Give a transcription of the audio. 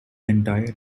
entire